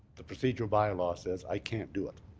the procedural bylaw says i can't do it.